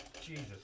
Jesus